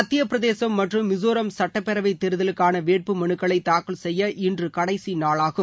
மத்தியப்பிரதேசம் மற்றும் மிசோராம் சட்டப்பேரவைத் தேர்தலுக்கான வேட்புமனுக்களை தாக்கல் செய்ய இன்று கடைசிநாளாகும்